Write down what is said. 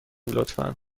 لطفا